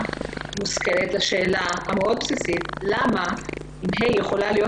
מושכלת לשאלה המאוד בסיסית: למה אם ה' יכולה להיות